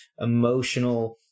emotional